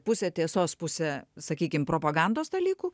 pusė tiesos pusė sakykim propagandos dalykų